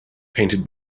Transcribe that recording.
painted